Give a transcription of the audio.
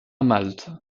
malte